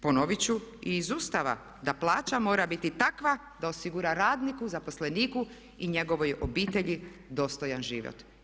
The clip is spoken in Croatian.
Ponovit ću i iz Ustava da plaća mora biti takva da osigura radniku, zaposleniku i njegovoj obitelji dostojan život.